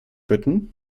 bitten